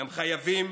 הם חייבים